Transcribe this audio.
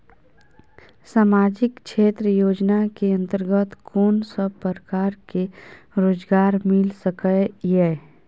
सामाजिक क्षेत्र योजना के अंतर्गत कोन सब प्रकार के रोजगार मिल सके ये?